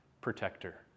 protector